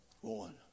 One